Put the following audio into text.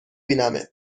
بینمت